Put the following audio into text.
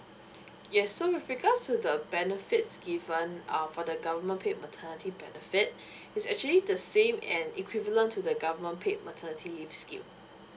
yes so with regards to the benefits given uh for the government paid maternity benefit it's actually the same and equivalent to the government paid maternity leave scheme